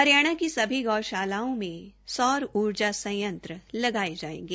हरियाणा की सभी गौशालाओं में सौर ऊर्जा संयंत्र लगाये जायेंगे